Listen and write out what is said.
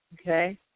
Okay